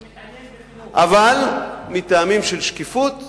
אני מתעלם, אבל מטעמים של שקיפות,